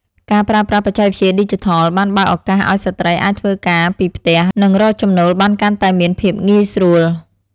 ការប្រើប្រាស់បច្ចេកវិទ្យាឌីជីថលបានបើកឱកាសឱ្យស្ត្រីអាចធ្វើការពីផ្ទះ និងរកចំណូលបានកាន់តែមានភាពងាយស្រួល។